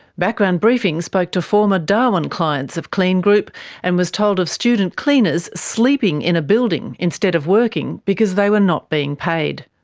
background briefing spoke to former darwin clients of kleen group and was told of student cleaners sleeping in a building instead of working because they were not being paid.